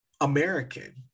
American